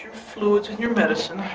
fluids and your medicine